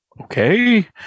okay